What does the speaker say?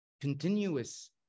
continuous